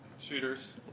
Shooters